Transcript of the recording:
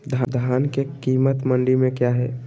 धान के कीमत मंडी में क्या है?